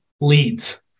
leads